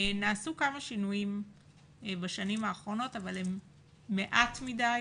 נעשו כמה שינויים בשנים האחרונות אבל הם מעט מדי